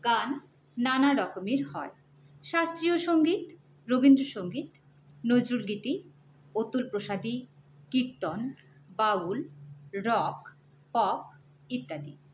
গান নানা রকমের হয় শাস্ত্রীয় সঙ্গীত রবীন্দ্রসঙ্গীত নজরুলগীতি অতুল প্রসাদী কীর্তন বাউল রক পপ ইত্যাদি